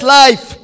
life